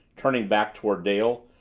turning back toward dale,